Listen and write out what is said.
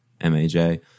M-A-J